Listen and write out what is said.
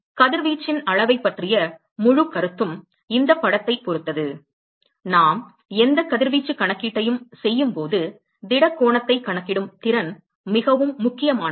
எனவே கதிர்வீச்சின் அளவைப் பற்றிய முழுக் கருத்தும் இந்தப் படத்தைப் பொறுத்தது நாம் எந்த கதிர்வீச்சு கணக்கீட்டையும் செய்யும்போது திட கோணத்தைக் கணக்கிடும் திறன் மிகவும் முக்கியமானது